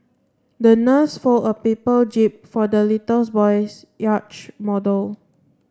the nurse fold a paper jib for the little boy's yacht model